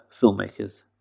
filmmakers